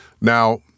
Now